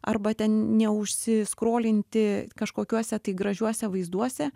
arba ten neužsiskrolinti kažkokiuose tai gražiuose vaizduose